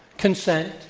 consent.